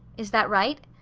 is that right?